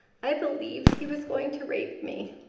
i believed he was going to rape me.